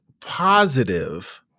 positive